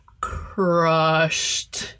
crushed